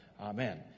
Amen